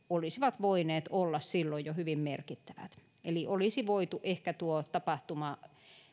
olisivat voineet olla silloin jo hyvin merkittävät eli olisi voitu ehkä tuo tapahtuma